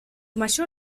mayor